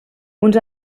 uns